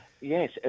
yes